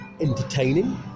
entertaining